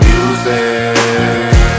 Music